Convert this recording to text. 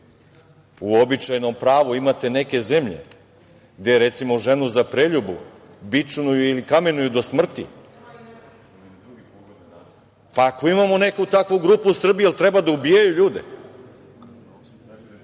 U običajnom pravu imate neke zemlje gde recimo ženu za preljubu bičuju ili kamenuju do smrti. Ako imamo neku takvu grupu u Srbiji, jel treba da ubijaju ljude?